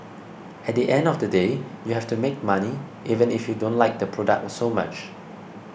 at the end of the day you have to make money even if you don't like the product so much